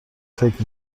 فکر